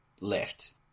left